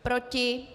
Proti?